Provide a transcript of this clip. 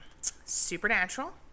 Supernatural